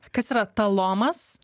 kas yra talomas